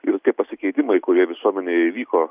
ir tie pasikeitimai kurie visuomenėje įvyko